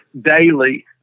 daily